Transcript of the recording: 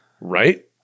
right